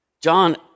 John